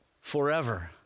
forever